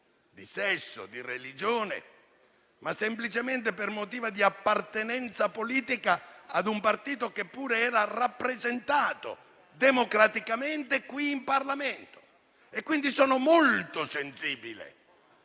di sesso o di religione, ma semplicemente per motivi di appartenenza politica ad un partito che pure era rappresentato democraticamente qui in Parlamento. Quindi sono molto sensibile